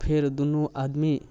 फेर दुनू आदमी